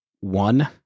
one